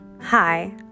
Hi